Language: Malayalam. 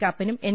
കാപ്പനും എൻ